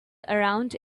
around